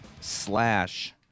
slash